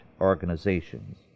organizations